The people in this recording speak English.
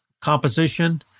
composition